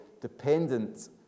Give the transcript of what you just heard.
dependent